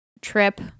trip